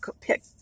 pick